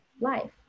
life